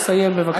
לסיים בבקשה.